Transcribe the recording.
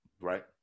right